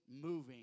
moving